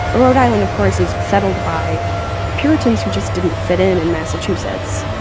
rhode island, of course, is settled by puritans who just didn't fit in in massachusetts